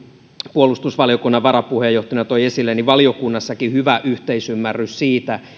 puolustusvaliokunnan varapuheenjohtajana toi esille valiokunnassakin hyvä yhteisymmärrys siitä